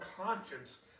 conscience